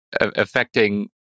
affecting